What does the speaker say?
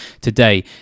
today